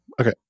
Okay